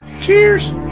Cheers